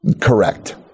correct